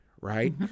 right